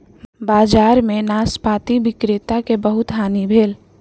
बजार में नाशपाती विक्रेता के बहुत हानि भेल